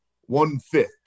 one-fifth